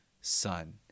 son